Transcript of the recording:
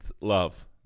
love